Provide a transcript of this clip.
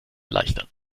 erleichtern